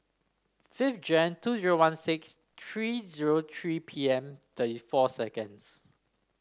five Jan two zero one six three zero three pm thirty four seconds